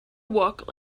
work